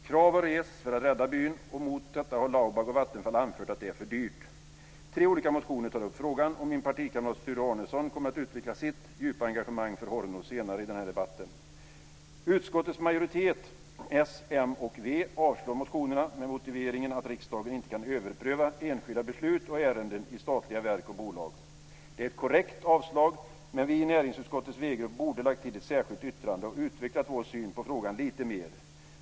Krav har rests för att rädda byn, och mot detta har Laubag och Vattenfall anfört att det är för dyrt. Tre olika motioner tar upp frågan, och min partikamrat Sture Arnesson kommer att utveckla sitt djupa engagemang för Horno senare i den här debatten. Utskottets majoritet, Socialdemokraterna, Moderaterna och Vänsterpartiet, avslår motionerna med motiveringen att riksdagen inte kan överpröva enskilda beslut och ärenden i statliga verk och bolag. Det är ett korrekt avslag, men vi i näringsutskottets Vänsterpartigrupp borde ha lagt till ett särskilt yttrande och utvecklat vår syn på frågan lite mer.